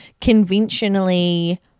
Conventionally